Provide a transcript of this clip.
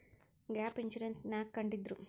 Gap insurance ನ್ಯಾಕ್ ಕಂಢಿಡ್ದ್ರು?